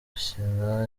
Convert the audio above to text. ashyira